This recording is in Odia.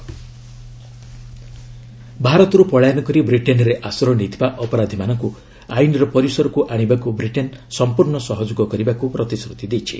ରିଜିଜୁ ନିରବ ଭାରତରୁ ପଳାୟନ କରି ବ୍ରିଟେନ୍ରେ ଆଶ୍ରୟ ନେଇଥିବା ଅପରାଧୀମାନଙ୍କୁ ଆଇନର ପରିସରକୁ ଆଶିବାକୁ ବ୍ରିଟେନ୍ ସଂପୂର୍ଣ୍ଣ ସହଯୋଗ କରିବାକୁ ପ୍ରତିଶ୍ରତି ଦେଇଛି